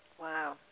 Wow